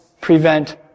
prevent